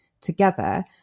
together